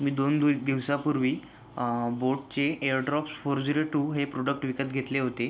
मी दोन दि दिवसांपूर्वी बोटचे air drops four zero two हे प्रोडक्ट विकत घेतले होते